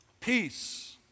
Peace